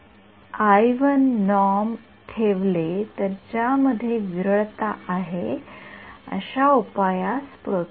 तर ही एक समस्या होती म्हणजे आतापर्यंत आम्ही जे चर्चा केली ती म्हणजे पुरेशी माहिती नसणे योग्य माहिती नसणे यासाठी एक तांत्रिक शब्द आहे तो म्हणजे दुर्दैवी